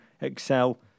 excel